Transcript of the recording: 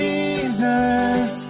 Jesus